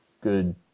good